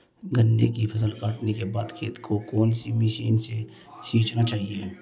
गन्ने की फसल काटने के बाद खेत को कौन सी मशीन से सींचना चाहिये?